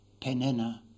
Penina